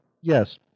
yes